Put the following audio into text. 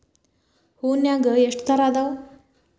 ಹೂನ್ಯಾಗ ಎಷ್ಟ ತರಾ ಅದಾವ್?